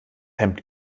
hemd